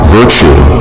virtue